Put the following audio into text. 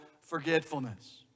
forgetfulness